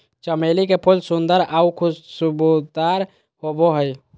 चमेली के फूल सुंदर आऊ खुशबूदार होबो हइ